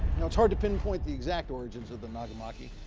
it's hard to pinpoint the exact origins of the nagamaki.